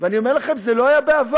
ואני אומר לכם שזה לא היה בעבר.